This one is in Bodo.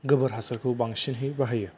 गोबोर हासारखौ बांसिनहै बाहायो